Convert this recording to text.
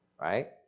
right